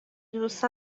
روزها